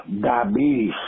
diabetes